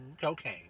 cocaine